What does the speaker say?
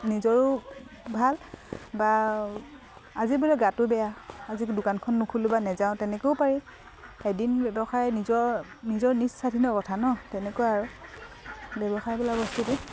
নিজৰো ভাল বা আজি বোলে গাতো বেয়া আজি দোকানখন নোখোলো বা নেযাওঁ তেনেকেও পাৰি এদিন ব্যৱসায় নিজৰ নিজৰ নিজ স্বাধীনৰ কথা ন তেনেকুৱা আৰু ব্যৱসায় বোলা বস্তুটো